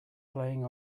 playing